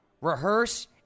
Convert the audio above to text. rehearse